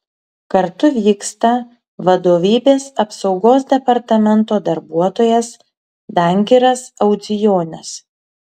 kartu vyksta vadovybės apsaugos departamento darbuotojas dangiras audzijonis